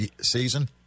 season